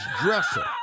dresser